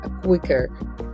quicker